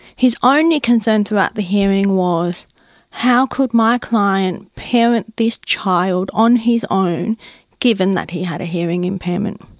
his only concerned throughout the hearing was how could my client parent this child on his own given that he had a hearing impairment.